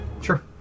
Sure